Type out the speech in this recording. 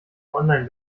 online